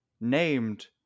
named